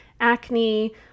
acne